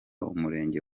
umurenge